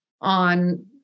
on